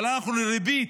אבל ריבית,